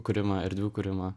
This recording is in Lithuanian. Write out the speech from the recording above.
kūrimą erdvių kūrimą